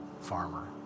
farmer